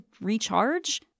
recharge